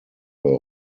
were